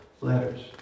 letters